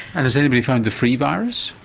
and has anybody found the free virus?